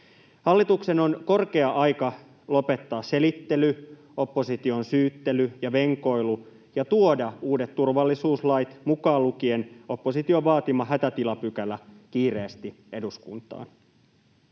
Hallituksen on korkea aika lopettaa selittely, opposition syyttely ja venkoilu ja tuoda uudet turvallisuuslait, mukaan lukien opposition vaatima hätätilapykälä, kiireesti eduskuntaan.